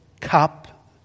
cup